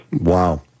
Wow